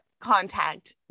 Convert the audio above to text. contact